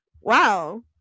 wow